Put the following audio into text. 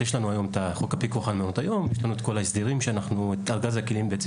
יש לנו היום את חוק הפיקוח על מעונות היום ויש לנו את ארגז הכלים בעצם